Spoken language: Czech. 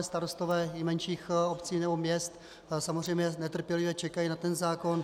I starostové menších obcí nebo měst samozřejmě netrpělivě čekají na ten zákon.